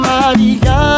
Maria